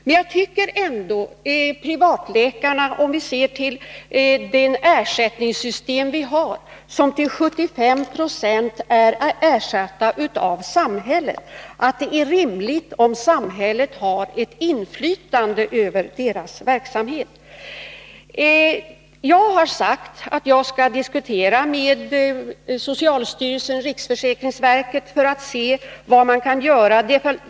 Men om man ser till det ersättningssystem som vi har, där ersättningen till 75 96 kommer från samhället, tycker jag ändå att det är rimligt att samhället har ett inflytande över privatläkarnas verksamhet. Jag har sagt att jag skall diskutera med socialstyrelsen och riksförsäkringsverket för att se vad man kan göra.